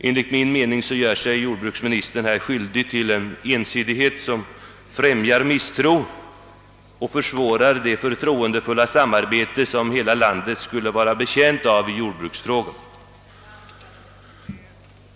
Enligt min mening gör sig jordbruksministern skyldig till en ensidighet som främjar misstro och försvårar det förtroendefulla samarbete som hela landet skulle vara betjänt av i jordbruksfrågor.